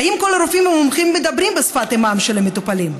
האם כל הרופאים המומחים מדברים בשפת אימם של המטופלים?